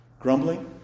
Grumbling